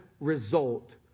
result